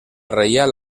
reial